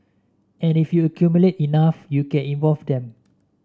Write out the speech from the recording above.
and if you accumulate enough you can evolve them